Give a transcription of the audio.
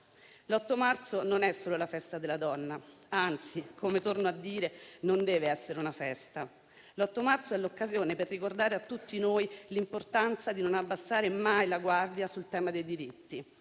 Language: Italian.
L'8 marzo non è solo la festa della donna; anzi - come torno a dire - non deve essere una festa. L'8 marzo è l'occasione per ricordare a tutti noi l'importanza di non abbassare mai la guardia sul tema dei diritti,